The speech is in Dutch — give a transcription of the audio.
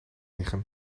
liggen